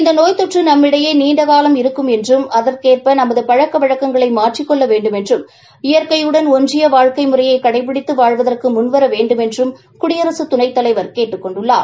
இந்த நோய் தொற்று நம்மிடையே நீண்டகாலம் இருக்கும் என்றும் அதற்கேற்ப நமது பழக்க வழக்கங்களை மாற்றிக் கொள்ள வேண்டுமென்றும் இயற்கையுடன் ஒன்றிய வாழ்க்கை முறையை கடைபிடித்து வாழ்வதற்கு முன்வர வேண்டுமென்றும் துணை குடியரசுத் தலைவர் கேட்டுக் கொண்டார்